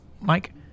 Mike